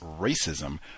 racism